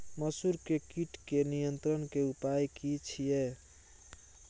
मसूर के कीट के नियंत्रण के उपाय की छिये?